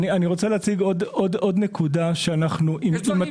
אני רוצה להציג עוד נקודה שאנחנו עם התיקונים.